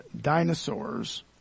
dinosaurs